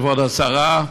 כבוד השרה,